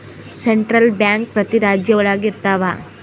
central bank ಪ್ರತಿ ರಾಜ್ಯ ಒಳಗ ಇರ್ತವ